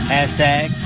Hashtag